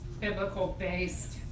biblical-based